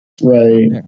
Right